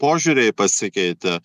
požiūriai pasikeitė